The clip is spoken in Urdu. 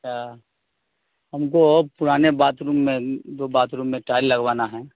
اچھا ہم کو ا پرانے باتھ روم میں دو باتھ روم میں ٹائل لگوانا ہے